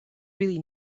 really